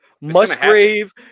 Musgrave